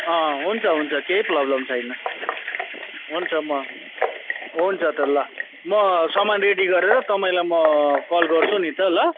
अँ हुन्छ हुन्छ केही प्रोब्लम छैन हुन्छ म हुन्छ त ल म सामान रेडी गरेर तपाईँलाई म कल गर्छु नि त ल